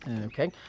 Okay